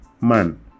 Man